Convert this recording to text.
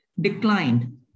declined